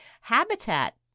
Habitat